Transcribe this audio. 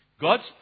God's